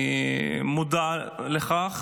אני מודע לכך,